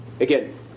Again